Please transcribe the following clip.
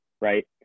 right